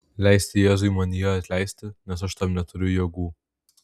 leisti jėzui manyje atleisti nes aš tam neturiu jėgų